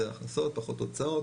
זה הכנסות פחות הוצאות,